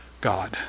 God